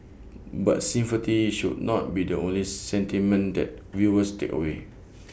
but sympathy should not be the only sentiment that viewers take away